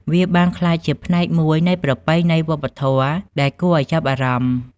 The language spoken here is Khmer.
វាបានក្លាយជាផ្នែកមួយនៃប្រពៃណីវប្បធម៌ដែលគួរឱ្យចាប់អារម្មណ៍។